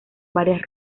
varias